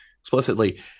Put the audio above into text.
explicitly